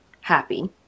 happy